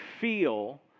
feel